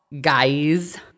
guys